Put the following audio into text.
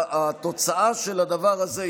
התוצאה של הדבר הזה,